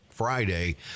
Friday